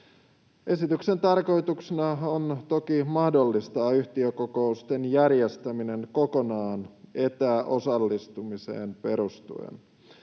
Esityksen tarkoituksena on toki mahdollistaa yhtiökokousten järjestäminen kokonaan etäosallistumiseen perustuen.